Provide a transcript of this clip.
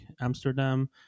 Amsterdam